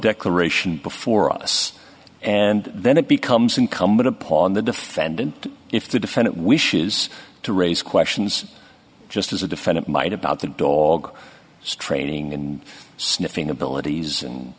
declaration before us and then it becomes incumbent upon the defendant if the defendant wishes to raise questions just as a defendant might about the dog training and sniffing abilities and